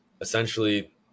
essentially